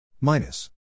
minus